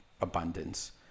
abundance